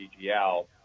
DGL